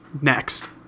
Next